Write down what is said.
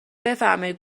بفرمایید